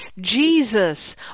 Jesus